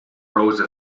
rose